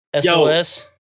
SOS